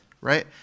right